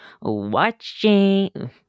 watching